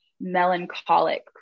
melancholic